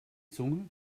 zunge